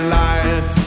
life